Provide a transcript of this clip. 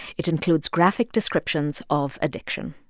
it includes graphic descriptions of addiction